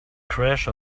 crash